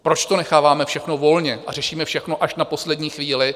Proč to necháváme všechno volně a řešíme všechno až na poslední chvíli?